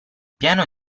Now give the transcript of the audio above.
piano